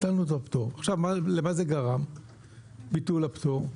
עכשיו למה זה גרם ביטול הפטור?